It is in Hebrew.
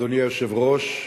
אדוני היושב-ראש,